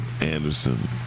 Anderson